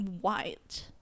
white